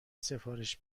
سفارش